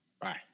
Bye